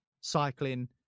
cycling